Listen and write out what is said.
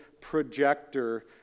projector